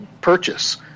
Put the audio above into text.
purchase